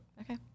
okay